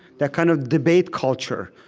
that kind of debate culture,